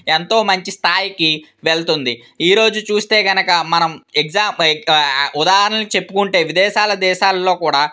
ఎంతో మంచి స్థాయికి వెళ్తుంది ఈ రోజు చూస్తే కనుక మనం ఎగ్జామ్ ఉదాహరణకి చెప్పుకుంటే విదేశాల దేశాలలో కూడా